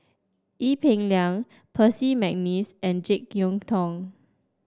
Ee Peng Liang Percy McNeice and JeK Yeun Thong